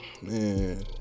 man